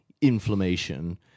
inflammation